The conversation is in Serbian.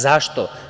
Zašto?